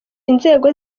inzego